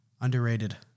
Underrated